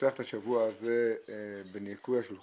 פותח את השבוע האחרון של הכנסת ה-20 בניקוי השולחן,